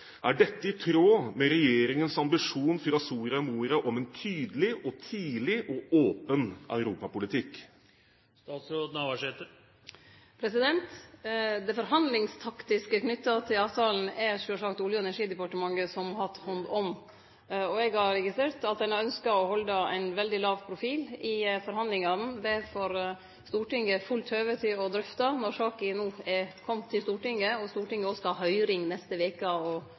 dette i tråd med regjeringens ambisjon fra Soria Moria om en tydelig, tidlig og åpen europapolitikk? Det forhandlingstaktiske knytt til avtalen er det sjølvsagt Olje- og energidepartementet som har hatt hand om. Og eg har registrert at ein har ynskt å halde ein veldig låg profil i forhandlingane. Det får Stortinget fullt høve til å drøfte når saka no er komen hit, og Stortinget òg skal ha høyring neste veke og